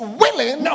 willing